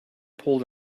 pulled